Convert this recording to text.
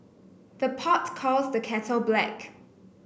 the pot calls the kettle black